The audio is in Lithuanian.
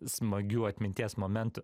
smagių atminties momentų